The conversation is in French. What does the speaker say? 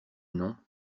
non